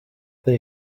they